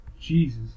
Jesus